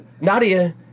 Nadia